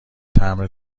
تمبر